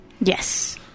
Yes